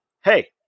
Hey